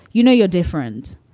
you know, you're different.